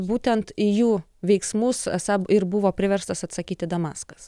būtent į jų veiksmus esą ir buvo priverstas atsakyti damaskas